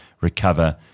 recover